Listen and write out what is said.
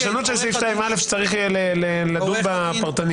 הפרשנות של סעיף 2א, צריך יהיה לדון בה פרטנית.